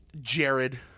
Jared